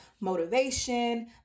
motivation